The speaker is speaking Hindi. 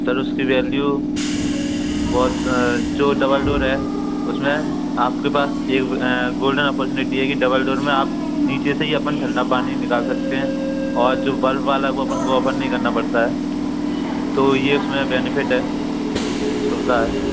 सर उसकी वैल्यू बहुत जो डबल डोर है उसमें आपके पास ये गोल्डन अपोर्चुनिटी है कि डबल डोर में आप नीचे से ही अपन ठण्डा पानी निकाल सकते हैं और जो बल्ब वाला है वो अपन को ओपन नहीं करना पड़ता है तो यह इसमें बेनिफिट है सुविधा है